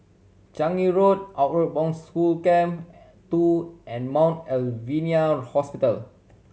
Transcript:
Changi Road Outward Bound School Camp Two and Mount Alvernia Hospital